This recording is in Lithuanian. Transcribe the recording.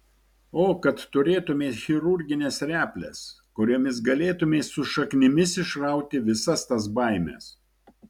o kad turėtumei chirurgines reples kuriomis galėtumei su šaknimis išrauti visas tas baimes